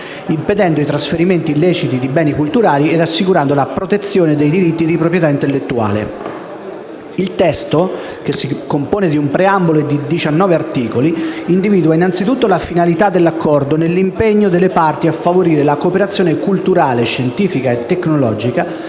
impedendo i trasferimenti illeciti di beni culturali ed assicurando la protezione dei diritti di proprietà intellettuale. Il testo, che si compone di un preambolo e di 19 articoli, individua innanzitutto la finalità dell'Accordo nell'impegno delle parti a favorire la cooperazione culturale, scientifica e tecnologica,